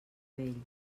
vell